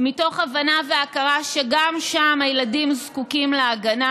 מתוך הבנה והכרה שגם שם הילדים זקוקים להגנה.